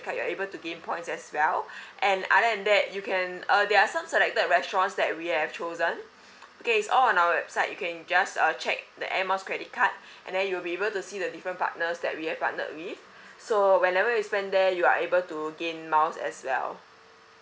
card you're able to gain points as well and other than that you can uh there are some selected restaurants that we have chosen okay it's all on our website you can just uh check the air miles credit card and then you'll be able to see the different partners that we have partnered with so whenever you spend there you are able to gain miles as well